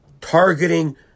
targeting